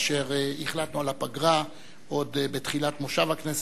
שהחלטנו עליה עוד בתחילת מושב הכנסת,